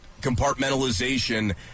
compartmentalization